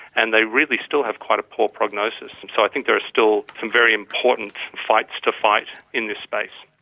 and they really still have quite a poor prognosis. and so i think there are still some very important fights to fight in this space.